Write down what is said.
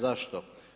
Zašto?